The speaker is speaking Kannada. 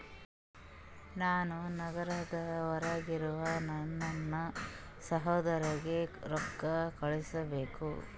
ನಾನು ನಗರದ ಹೊರಗಿರೋ ನನ್ನ ಸಹೋದರನಿಗೆ ರೊಕ್ಕ ಕಳುಹಿಸಬೇಕು